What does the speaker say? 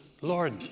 Lord